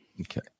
Okay